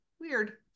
weird